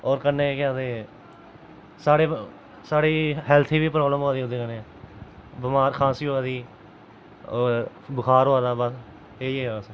होर कन्नै केह् आखदे साढ़ी साढ़ी हेल्थ गी बी प्राब्लम होआ दी ओह्दे कन्नै बमार खांसी होआ दी होर बखार होआ दा बस इयै बस